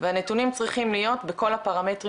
והנתונים צריכים להיות בכל הפרמטרים